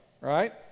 Right